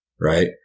right